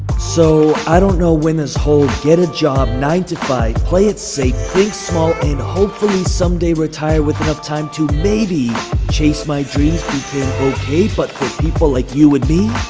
so i don't know when this whole get a job nine-to-five, play play it safe, play it small, and hopefully someday retire with enough time to maybe chase my dreams became okay, but for people like you and me,